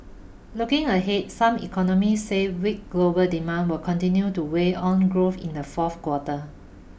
looking ahead some economists say weak global demand will continue to weigh on growth in the fourth quarter